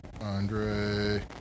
Andre